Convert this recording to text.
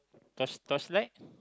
torch torchlight